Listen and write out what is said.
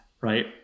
right